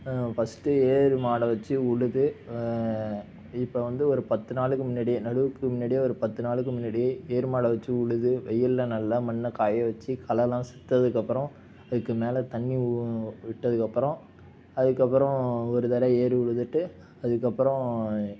first ஏறு மாடை வச்சி உழுது இப்போ வந்து ஒரு பத்து நாளுக்கு முன்னாடியே நடுவுக்கு முன்னாடியே ஒரு பத்து நாளுக்கு முன்னாடியே ஏரு மாடை வச்சு உழுது வெய்யில்ல நல்லா மண்ணை காய வச்சி களைலாம் செத்ததுக்கப்புறோம் அதுக்கு மேலே தண்ணி ஊ விட்டதுக்கப்புறோம் அதுக்கப்புறோம் ஒரு தடவ ஏரு உழுதுகிட்டு அதுக்கப்புறோம்